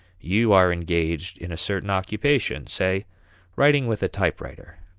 you are engaged in a certain occupation, say writing with a typewriter.